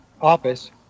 office